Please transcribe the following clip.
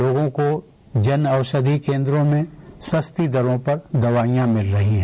लोगों को जन औषधि केन्द्रों में सस्ती दरों पर दवाइयां मिल रही है